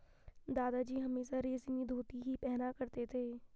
दादाजी हमेशा रेशमी धोती ही पहना करते थे